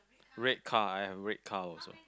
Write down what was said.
red car I have red car also